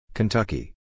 Kentucky